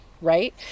right